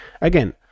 Again